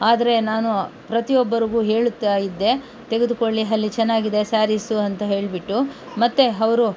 ಆದರೆ ನಾನು ಪ್ರತಿಯೊಬ್ಬರಿಗೂ ಹೇಳುತ್ತಾಯಿದ್ದೆ ತೆಗೆದುಕೊಳ್ಳಿ ಅಲ್ಲಿ ಚೆನ್ನಾಗಿದೆ ಸಾರೀಸು ಅಂತ ಹೇಳಿಬಿಟ್ಟು ಮತ್ತು ಅವರು